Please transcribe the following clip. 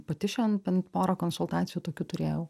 pati šian bent porą konsultacijų tokių turėjau